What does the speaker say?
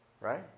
Right